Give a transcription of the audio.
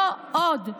לא עוד.